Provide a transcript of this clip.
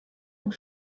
und